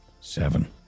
Seven